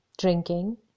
drinking